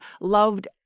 loved